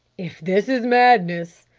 if this is madness,